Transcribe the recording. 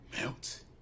Melt